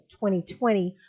2020